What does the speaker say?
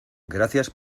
gracias